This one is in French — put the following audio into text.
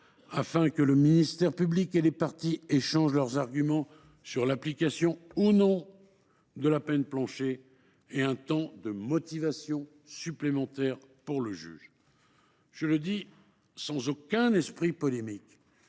afin que le ministère public et les parties échangent leurs arguments sur l’application, ou non, de la peine plancher, et un temps de motivation supplémentaire pour le juge. Je le dis sans polémique,